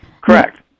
Correct